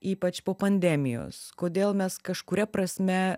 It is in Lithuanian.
ypač po pandemijos kodėl mes kažkuria prasme